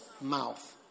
mouth